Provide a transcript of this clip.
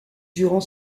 durant